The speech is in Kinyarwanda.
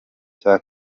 cya